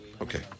Okay